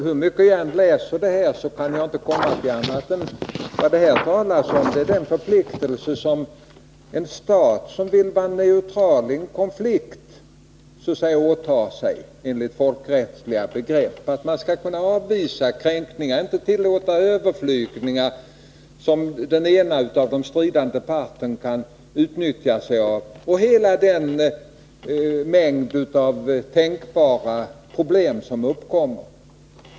Hur mycket jag än läser den kan jag inte komma fram till annat än att vad det där talas om är den förpliktelse en stat som vill vara neutral i en konflikt har enligt folkrättsliga begrepp — att man skall kunna avvisa kränkningar, inte tillåta överflygningar som den ena av de stridande parterna kan utnyttja sig av, och hela den mängd tänkbara problem som kan uppkomma.